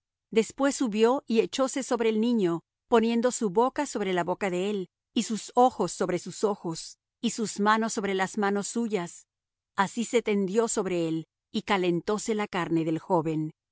después subió y echóse sobre el niño poniendo su boca sobre la boca de él y sus ojos sobre sus ojos y sus manos sobre las manos suyas así se tendió sobre él y calentóse la carne del joven